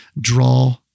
draw